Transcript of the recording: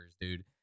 dude